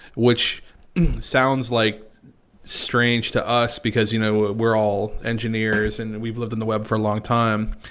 which sounds like strange to us because, you know, we're all engineers and we've lived in the web for a long time.